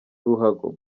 ruhago